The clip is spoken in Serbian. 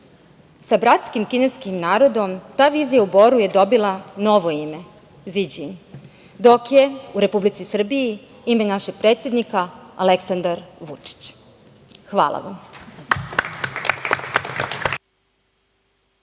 bratskim kineskim narodom ta vizija u Boru je dobila novo ime Si Đin, dok je u Republici Srbiji ime našeg predsednika Aleksandar Vučić. Hvala vam.